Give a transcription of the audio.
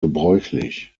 gebräuchlich